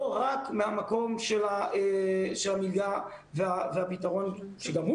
לא רק מהמקום של המלגה והפתרון שגם הוא